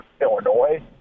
Illinois